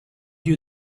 you